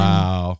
Wow